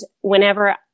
whenever